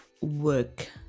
work